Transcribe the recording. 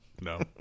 no